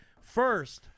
first